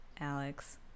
Alex